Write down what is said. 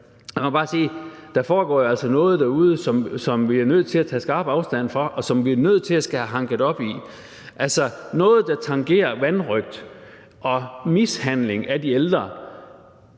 foregår noget derude, som vi er nødt til at tage skarpt afstand fra, og som vi er nødt til at få hanket op i. Altså, når der er noget, der tangerer vanrøgt og mishandling af de ældre